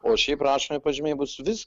o šiaip rašomi pažymiai bus vis